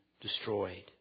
destroyed